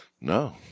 No